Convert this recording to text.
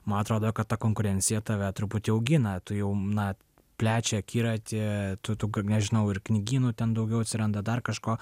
man atrodo kad ta konkurencija tave truputį augina tu jau na plečia akiratį tu tu nežinau ir knygynų ten daugiau atsiranda dar kažko